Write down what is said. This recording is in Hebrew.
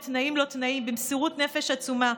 בתנאים לא תנאים ובמסירות נפש עצומה.